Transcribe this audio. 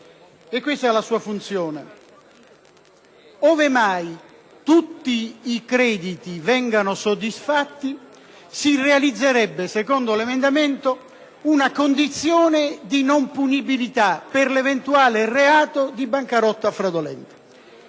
E[]questa la sua funzione. Ove tutti i crediti vengano soddisfatti, si realizzerebbe, secondo l’emendamento, una condizione di non punibilita per l’eventuale reato di bancarotta fraudolenta.